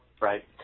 Right